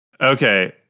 Okay